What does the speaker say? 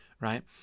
right